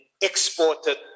exported